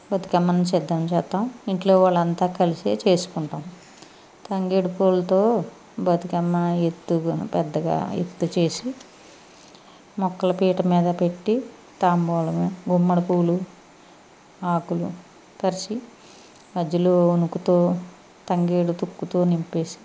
బతుకమ్మను సిద్ధం చేస్తాం ఇంట్లో వాళ్ళంతా కలిసి చేసుకుంటాం తంగేడి పూలతో బతుకమ్మ ఎత్తు పెద్దగా ఎత్తు చేసి మొక్కల పీట మీద పెట్టి తాంబూలము గుమ్మడి పూలు ఆకులు పరిచి మధ్యలో ఒనుకుతూ తంగేడు తుక్కుతో నింపేసి